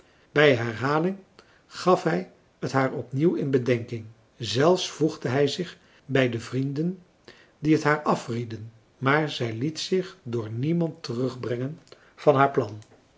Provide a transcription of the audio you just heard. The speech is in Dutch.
bij herhaling gaf hij het haar opnieuw in bedenking zelfs voegde hij zich bij de vrienden die het haar afrieden maar zij liet zich door niemand terugbrengen van haar plan